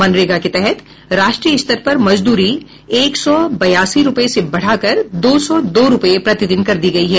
मनरेगा के तहत राष्ट्रीय स्तर पर मजद्री एक सौ बयासी रुपये से बढ़ाकर दो सौ दो रुपये प्रतिदिन कर दी गई है